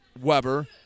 Weber